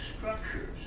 structures